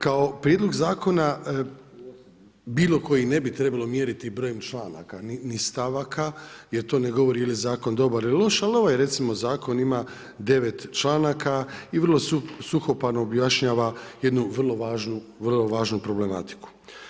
Kao prijedlog zakona bilokoji ne bi trebalo mjeriti brojem članaka ni stavaka jer to ne govori je li zakon dobar ili loš, ali recimo ovaj zakon ima 9 članaka i vrlo suhoparno objašnjava jednu vrlo važnu problematiku.